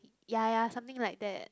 ya ya something like that